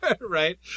right